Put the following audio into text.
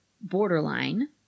Borderline